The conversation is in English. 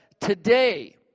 today